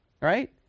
Right